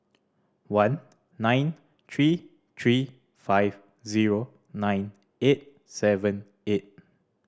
one nine three three five zero nine eight seven eight